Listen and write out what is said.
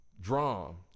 Drum